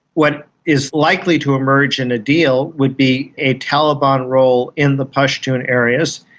what is likely to emerge in a deal would be a taliban role in the pashtun and areas,